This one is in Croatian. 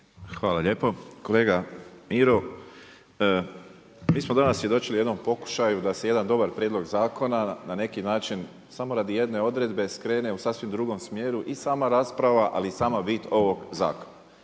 Hvala lijepo. Kolega Miro, mi smo danas svjedočili jednom pokušaju da se jedan dobar prijedlog zakona, na neki način samo radi jedne odredbe skrene u sasvim drugom smjeru i sama rasprava, ali i sama bit ovog zakona.